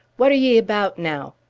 what are ye about, now?